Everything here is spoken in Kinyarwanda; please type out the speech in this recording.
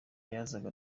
yazaga